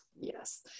Yes